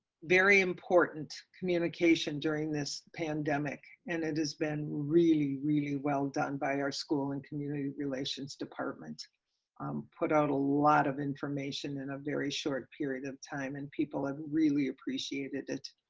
very important, communication during this pandemic, and it is been really, really well done by our school and community relations department, who um put out a lot of information in a very short period of time. and people and really appreciated it.